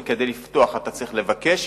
וכדי לפתוח אתה צריך לבקש,